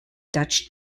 dutch